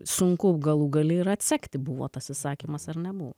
sunku galų gale ir atsekti buvo tas įsakymas ar nebuvo